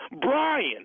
Brian